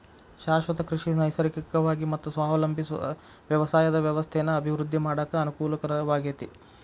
ಶಾಶ್ವತ ಕೃಷಿ ನೈಸರ್ಗಿಕವಾಗಿ ಮತ್ತ ಸ್ವಾವಲಂಬಿ ವ್ಯವಸಾಯದ ವ್ಯವಸ್ಥೆನ ಅಭಿವೃದ್ಧಿ ಮಾಡಾಕ ಅನಕೂಲಕರವಾಗೇತಿ